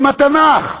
עם התנ"ך.